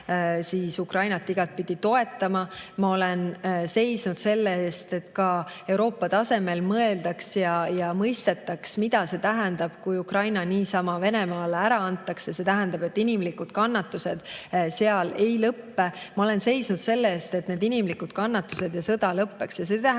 peame Ukrainat igatpidi toetama. Ma olen seisnud selle eest, et ka Euroopa tasemel mõeldaks ja mõistetaks, mida see tähendab, kui Ukraina niisama Venemaale ära antakse. See tähendab seda, et inimeste kannatused seal ei lõpe. Ma olen seisnud selle eest, et inimeste kannatused ja sõda lõpeks. See tähendab